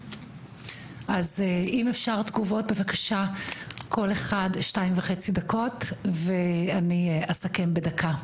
אז אם אפשר תגובות בבקשה כל אחד שתיים וחצי דקות ואני אסכם בדקה,